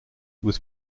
was